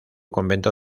convento